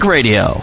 Radio